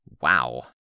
Wow